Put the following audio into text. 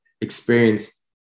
experience